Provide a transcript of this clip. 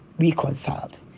reconciled